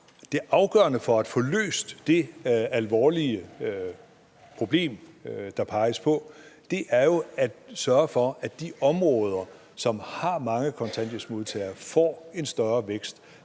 Det afgørende for at få løst det alvorlige problem, der peges på, er jo at sørge for, at de områder, som har mange kontanthjælpsmodtagere, får en større vækst.